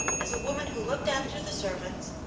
as a woman who looked after the servants,